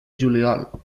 juliol